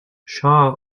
shaw